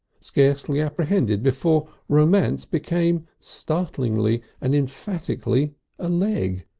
scarcely apprehended before romance became startling like and emphatically a leg,